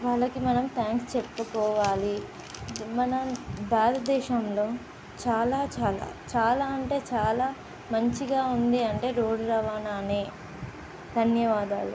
వాళ్ళకి మనం థ్యాంక్స్ చెప్పుకోవాలి మన భారతదేశంలో చాలా చాలా చాలా అంటే చాలా మంచిగా ఉంది అంటే రోడ్డు రవాణానే ధన్యవాదాలు